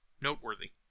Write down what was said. Noteworthy